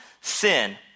sin